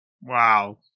Wow